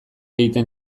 egiten